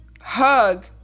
hug